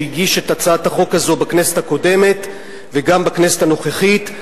שהגיש את הצעת החוק הזו בכנסת הקודמת וגם בכנסת הנוכחית,